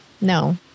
no